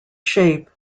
shape